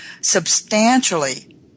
substantially